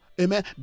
Amen